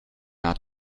not